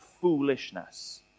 foolishness